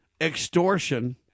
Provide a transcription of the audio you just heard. extortion